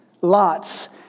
lots